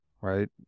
right